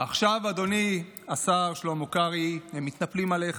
עכשיו, אדוני השר שלמה קרעי, הם מתנפלים עליך,